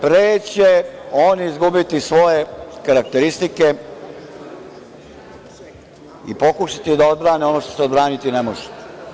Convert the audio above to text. Pre će oni izgubiti svoje karakteristike i pokušati da odbrane ono što se odbraniti ne može.